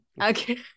Okay